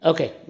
Okay